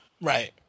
Right